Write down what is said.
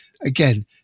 Again